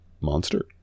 monster